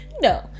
no